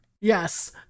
yes